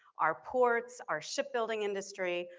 our ports, our shipbuilding industry,